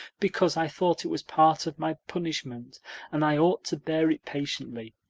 because i thought it was part of my punishment and i ought to bear it patiently.